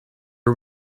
are